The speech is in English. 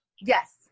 Yes